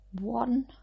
one